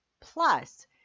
Plus